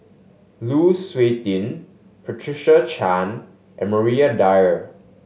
Lu Suitin Patricia Chan and Maria Dyer